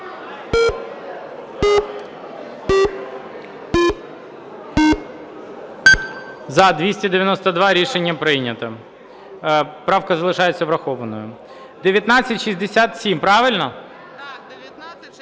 За-292 Рішення прийнято, правка залишається врахованою. 1967. Правильно?